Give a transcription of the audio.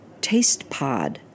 TastePod